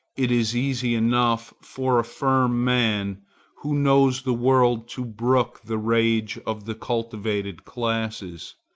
it is easy enough for a firm man who knows the world to brook the rage of the cultivated classes.